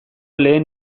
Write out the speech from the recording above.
lehen